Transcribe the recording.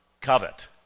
covet